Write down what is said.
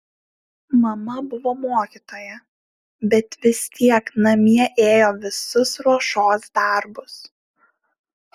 mama buvo mokytoja bet vis tiek namie ėjo visus ruošos darbus